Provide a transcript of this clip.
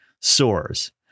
soars